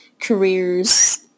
careers